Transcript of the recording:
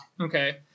Okay